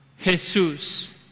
Jesus